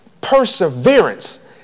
Perseverance